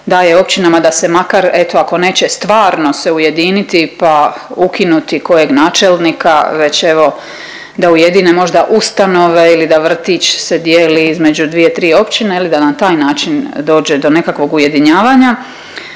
daje općinama da se makar eto ako neće stvarno se ujediniti pa ukinuti kojeg načelnika već evo da ujedine možda ustanove ili da vrtić se dijeli između 2-3 općine je li da na taj način dođe do nekakvog ujedinjavanja.